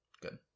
Good